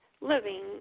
living